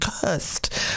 cursed